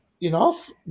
enough